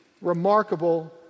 remarkable